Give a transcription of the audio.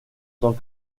tant